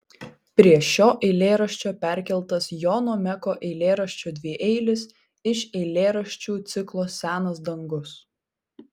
prie šio eilėraščio perkeltas jono meko eilėraščio dvieilis iš eilėraščių ciklo senas dangus